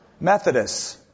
Methodists